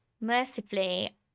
mercifully